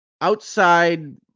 outside